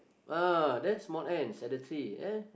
ah there small ants at the tree eh